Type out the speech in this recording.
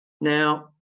Now